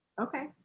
Okay